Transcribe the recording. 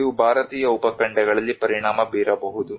ಇದು ಭಾರತೀಯ ಉಪಖಂಡದಲ್ಲಿ ಪರಿಣಾಮ ಬೀರಬಹುದು